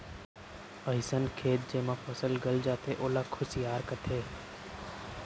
अइसन खेत जेमा फसल गल जाथे ओला खुसियार कथें